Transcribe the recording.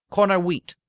corner wheat.